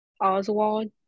Oswald